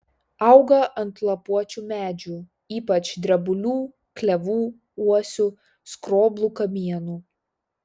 auga ant lapuočių medžių ypač drebulių klevų uosių skroblų kamienų